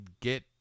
get